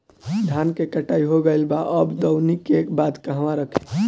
धान के कटाई हो गइल बा अब दवनि के बाद कहवा रखी?